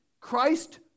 Christ